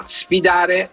sfidare